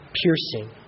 piercing